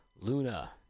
Luna